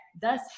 thus